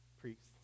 priests